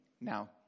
Now